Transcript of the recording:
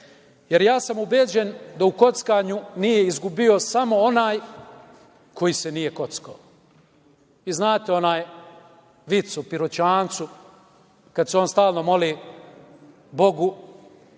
sreću. Ja sam ubeđen da u kockanju nije izgubio samo onaj ko se nije kockao. Znate onaj vic o Piroćancu, kada se on stalno moli Bogu